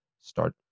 start